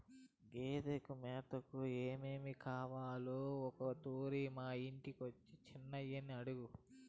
గేదెలు మేతకు ఏమేమి కావాలో ఒకతూరి మా ఇంటికొచ్చి చిన్నయని అడుగు